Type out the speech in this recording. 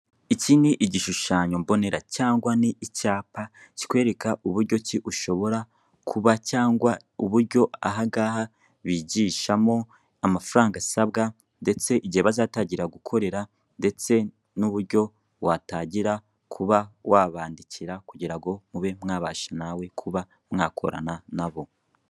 Iki ni igishushanyo mbonera cyangwa ni icyapa kikwereka uburyo ki ushobora kuba cyangwa uburyo ahangaha bigishamo amafaranga asabwa ndetse igihe bazatangira gukorera, ndetse n'uburyo watangira kuba wabandikira kugira ngo mube mwabasha nawe kuba mwakorana nabo.